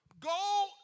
Go